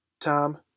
Tom